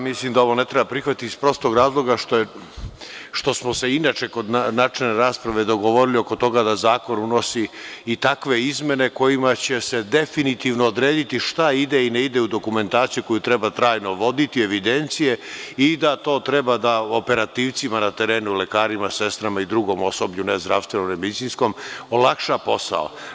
Mislim da ovo ne treba prihvatiti iz prostog razloga što smo se inače kod načelne rasprave dogovorili oko toga da zakon unosi i takve izmene kojima će se definitivno odrediti šta ide, a šta ne ide u dokumentaciju koju treba trajno voditi i evidencije i da to treba operativcima na terenu, lekarima, sestrama i drugom osoblju, da olakša posao.